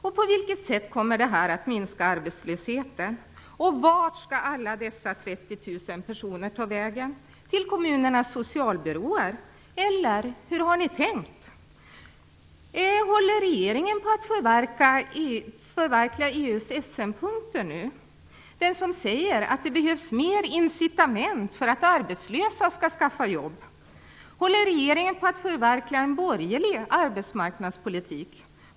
Och på vilket sätt kommer det här att minska arbetslösheten? Och vart skall alla dessa 30 000 personer ta vägen? Till kommunernas socialbyråer? Eller hur har ni tänkt? Håller regeringen nu på att förverkliga EU:s Essenpunkter? De säger ju att det behövs mer incitament för att arbetslösa skall skaffa jobb. Håller regeringen på att förverkliga en borgerlig arbetsmarknadspolitik?